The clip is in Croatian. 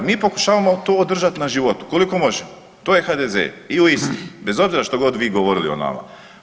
Mi pokušavamo to održat na životu koliko možemo, to je HDZ i u Istri bez obzira što god vi govorili o nama.